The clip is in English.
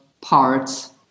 parts